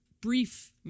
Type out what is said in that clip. brief